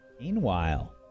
Meanwhile